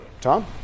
Tom